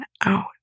out